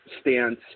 stance